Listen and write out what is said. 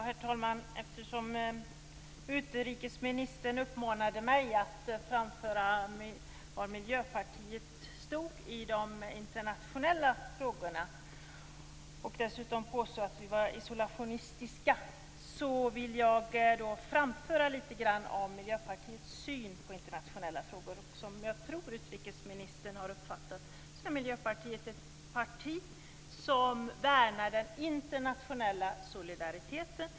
Herr talman! Eftersom utrikesministern uppmanade mig att framföra var Miljöpartiet står i de internationella frågorna och dessutom påstod att vi var isolationistiska vill jag framföra litet grand om Miljöpartiets syn på internationella frågor. Jag tror att utrikesministern har uppfattat Miljöpartiet som ett parti som värnar den internationella solidariteten.